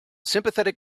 sympathetic